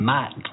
Matt